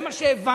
זה מה שהבנו.